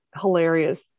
hilarious